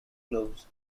globes